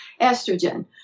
estrogen